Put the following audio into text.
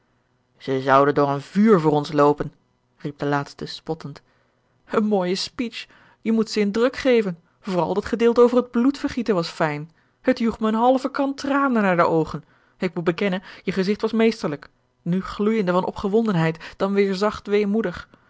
zij zouden door een vuur voor ons loopen riep de laatste spottend een mooije speech je moet ze in druk geven vooral dat gedeelte over het bloedvergieten was fijn het joeg mij eene halve kan tranen naar de oogen ik moet bekennen je gezigt was meesterlijk nu gloeijende van opgewondenheid dan weêr zacht